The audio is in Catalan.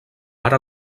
ara